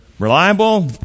Reliable